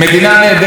מדינה נהדרת,